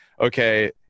okay